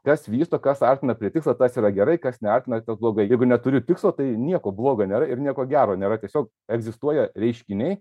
kas vysto kas artina prie tikslo tas yra gerai kas neartina blogai jeigu neturi tikslo tai nieko blogo nėra ir nieko gero nėra tiesiog egzistuoja reiškiniai